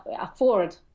afford